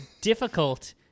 difficult